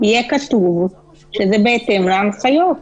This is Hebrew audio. יהיה כתוב שזה בהתאם להנחיות.